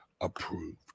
approved